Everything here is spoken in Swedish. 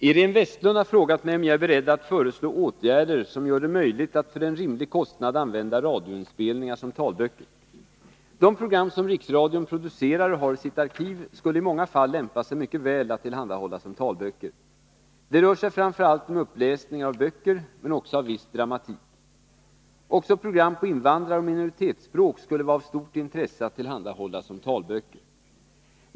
Herr talman! Iréne Vestlund har frågat mig om jag är beredd att föreslå åtgärder som gör det möjligt att för en rimlig kostnad använda radioinspelningar som talböcker. De program som Riksradion producerar och har i sitt arkiv skulle i många fall lämpa sig mycket väl att tillhandahålla som talböcker. Det rör sig framför allt om uppläsningar av böcker, men också av viss dramatik. Även program på invandraroch minoritetsspråk skulle vara av stort intresse att tillhandahålla som talböcker.